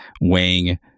weighing